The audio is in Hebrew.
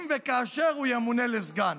אם וכאשר הוא ימונה לסגן.